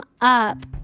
up